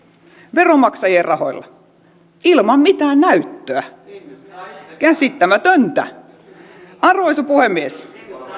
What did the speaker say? veronmaksajien rahoilla ilman mitään näyttöä käsittämätöntä arvoisa puhemies